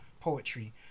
poetry